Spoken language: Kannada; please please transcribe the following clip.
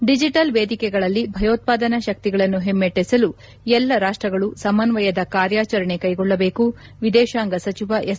ಡಿಜಿಟಲ್ ವೇದಿಕೆಗಳಲ್ಲಿ ಭಯೋತ್ವಾದನಾ ಶಕ್ತಿಗಳನ್ನು ಹಿಮ್ಮೆಟ್ಟಿಸಲು ಎಲ್ಲ ರಾಷ್ಟಗಳು ಸಮನ್ವಯದ ಕಾರ್ಯಾಚರಣೆ ಕ್ಲೆಗೊಳ್ಳಬೇಕು ವಿದೇಶಾಂಗ ಸಚಿವ ಎಸ್